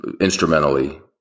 instrumentally